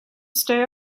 stay